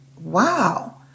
wow